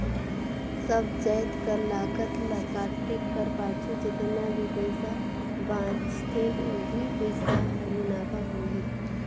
सब जाएत कर लागत ल काटे कर पाछू जेतना भी पइसा बांचथे ओही पइसा हर मुनाफा होही